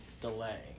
delay